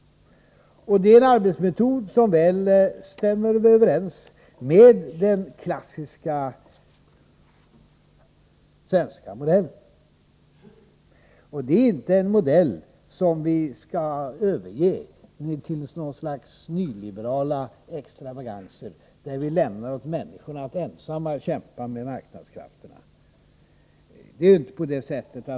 Detta är en arbetsmetod som stämmer väl överens med den klassiska svenska modellen. Det är inte en modell som vi skall överge för något slags nyliberala extravaganser, där vi lämnar åt människorna att ensamma kämpa med marknadskrafterna.